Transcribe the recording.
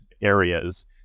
areas